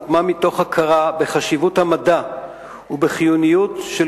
הוקמה מתוך הכרה בחשיבות המדע ובחיוניות של